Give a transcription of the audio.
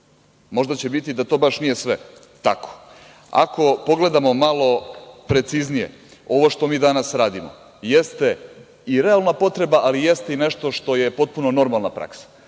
Možda će biti da to baš nije sve tako. Ako pogledamo malo preciznije, ovo što mi danas radimo jeste i realna potreba, ali jeste i nešto što je potpuno normalna praksa.